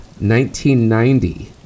1990